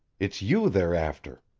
it's you they're after.